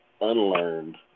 unlearned